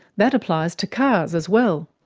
that applies to cars as well.